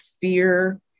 fear